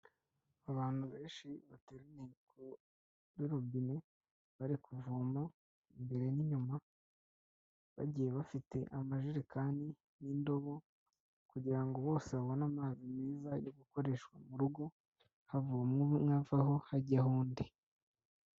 Abantu benshi bateraniye kuri robine, bari kuvoma imbere n'inyuma, bagiye bafite amajerekani n'indobo, kugira bose babone amazi meza yo gukoreshwa mu rugo, havoma umwe avaho, hajyaho undi.